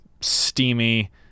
steamy